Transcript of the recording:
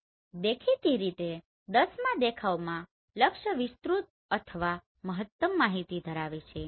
તો દેખીતી રીતે 10માં દેખાવમાં લક્ષ્ય વિસ્ત્રુત અથવા મહત્તમ માહિતી ધરાવે છે